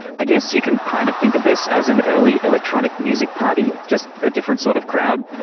i guess you can kind of think of this as an early electronic music party, just a different sort of crowd.